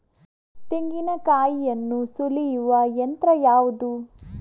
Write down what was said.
ತೆಂಗಿನಕಾಯಿಯನ್ನು ಸುಲಿಯುವ ಯಂತ್ರ ಯಾವುದು?